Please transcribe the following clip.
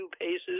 paces